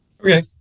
Okay